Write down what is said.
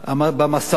במסעות,